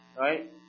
right